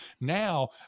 Now